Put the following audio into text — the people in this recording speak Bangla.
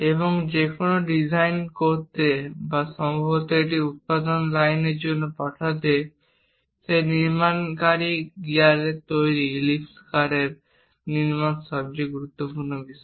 এবং কোন কিছু ডিজাইন করতে বা সম্ভবত এটি উৎপাদন লাইনের জন্য পাঠাতে সেই নির্মাণকারী গিয়ারের ভিতরে ইলিপ্সাকার নির্মাণ সবচেয়ে গুরুত্বপূর্ণ বিষয়